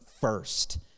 first